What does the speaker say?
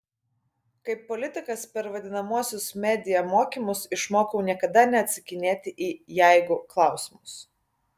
kaip politikas per vadinamuosius media mokymus išmokau niekada neatsakinėti į jeigu klausimus